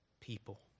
people